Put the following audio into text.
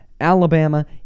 Alabama